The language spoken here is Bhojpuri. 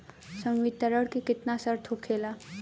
संवितरण के केतना शर्त होखेला?